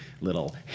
little